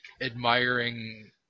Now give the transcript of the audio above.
admiring